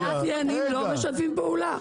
התעשיינים לא משתפים פעולה.